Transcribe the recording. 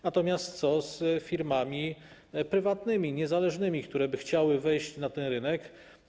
Natomiast co z firmami prywatnymi, niezależnymi, które by chciały wejść na ten rynek?